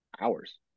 Hours